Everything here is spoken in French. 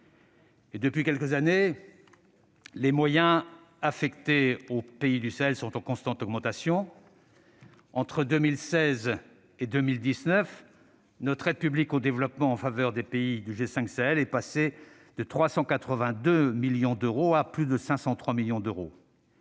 Depuis quelques années, les moyens affectés aux pays du Sahel sont en constante augmentation. Entre 2016 et 2019, notre aide publique au développement en faveur des pays du G5 Sahel est passée de 382 millions d'euros à plus de 503 millions d'euros.